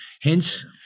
Hence